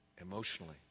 emotionally